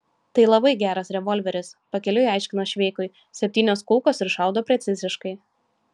tai labai geras revolveris pakeliui aiškino šveikui septynios kulkos ir šaudo preciziškai